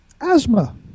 asthma